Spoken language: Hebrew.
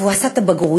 והוא עשה את הבגרויות,